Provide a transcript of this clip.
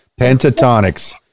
Pentatonics